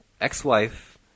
ex-wife